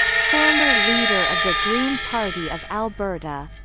former leader of the green party of alberta.